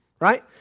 right